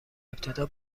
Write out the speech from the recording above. ابتدا